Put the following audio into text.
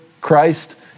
Christ